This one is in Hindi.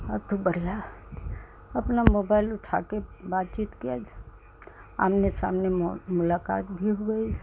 अब तो बढ़ियाँ अपना मोबाइल उठाकर बातचीत की आमने सामने मुलाकात भी हुई